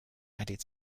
added